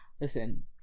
listen